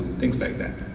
things like that.